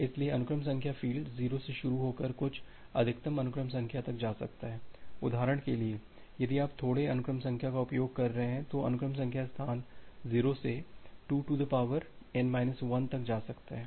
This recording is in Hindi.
इसलिए अनुक्रम संख्या फ़ील्ड 0 से शुरू होकर कुछ अधिकतम अनुक्रम संख्या तक जा सकता है उदाहरण के लिए यदि आप थोड़े अनुक्रम संख्या का उपयोग कर रहे हैं तो अनुक्रम संख्या स्थान 0 से 2n 1 तक जा सकता है